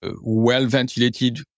well-ventilated